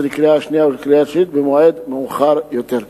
לקריאה השנייה ולקריאה השלישית במועד מאוחר יותר.